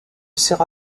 sera